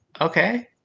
Okay